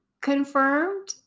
confirmed